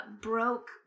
broke